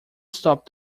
stop